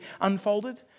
unfolded